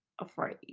afraid